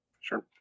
Sure